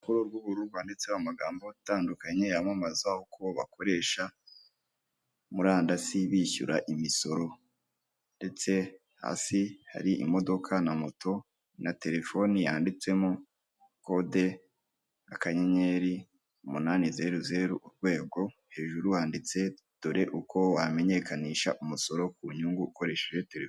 Nyiricyubahiro umuyobozi w'igihugu cy'u Rwanda yambaye ishati y'umweru nipantaro y'umukara mu kiganza cy'iburyo afite icyuma ndangururamajwi ndetse n'agacupa k'amazi kuru ruhande yicaye hagati y'abantu abantu benshi bamuhanze amaso.